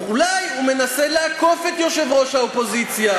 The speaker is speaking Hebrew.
אולי הוא מנסה לעקוף את יושב-ראש האופוזיציה.